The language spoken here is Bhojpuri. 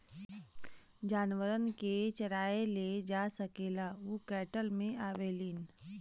जानवरन के चराए ले जा सकेला उ कैटल मे आवेलीन